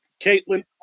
Caitlin